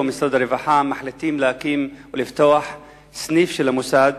משרד הרווחה מחליטים להקים או לפתוח סניף של המוסד